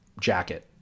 jacket